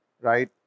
Right